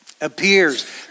Appears